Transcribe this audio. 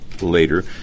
later